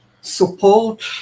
support